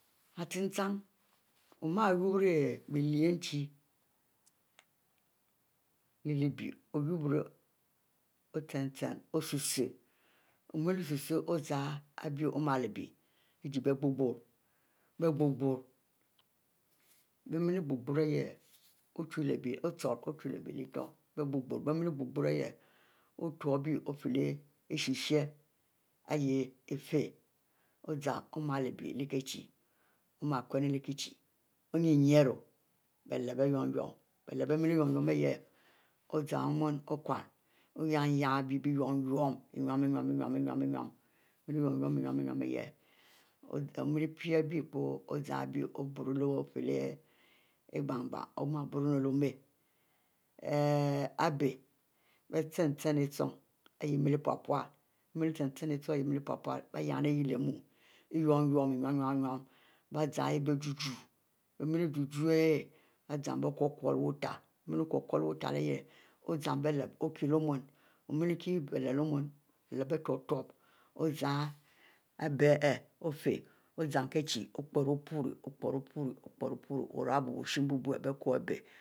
Ichin-chinieh, o'me urbri bie lehchie leh bie oyurbri o' chin-chin o' sulsule, omiele susuih ozan bie omle leh bie ori-gori bie miele gori-gori ihieh, ochuri otuie leh bie leh utei oru utei oru utei yeh ofiel ishisheh iyeh fie ozan ari bie omale leh bie leh kiehie, ome kunu leh kichie oyunyunru lep bie mumu lep mie lyiel yun-yun, ozan ome okunie oyin-yin bie inu-nue omile kpo ozan bie leh gnin-gnin oma biuro inu leh ome abie bie chin-chin nchong ihieh mile plu-pluie, mabe chin-chin nchong ari mile plu-pule oyenni ihieh leh mon ilumu-lumu innu innu bie zan bie gieh-gieh miele gieh-gieh ihieh bie zan bie qur-qur leh wutele mie qur-qur leh wutele ozan bie lep okieh bie lep leh omu bie tub-tub zan aribie ihieh ofie ozan kichie opire opuri